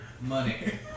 money